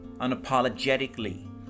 unapologetically